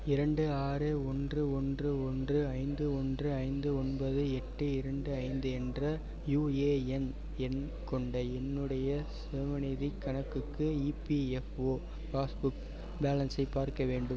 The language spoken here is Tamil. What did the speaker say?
இரண்டு ஆறு ஒன்று ஒன்று ஒன்று ஐந்து ஒன்று ஐந்து ஒன்பது எட்டு இரண்டு ஐந்து என்ற யூஏஎண் எண் கொண்ட என்னுடைய சேமநிதி கணக்குக்கு இபிஎஃப்ஓ பாஸ்புக் பேலன்ஸை பார்க்க வேண்டும்